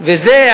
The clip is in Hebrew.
וזה,